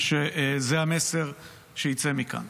שזה המסר שיצא מכאן.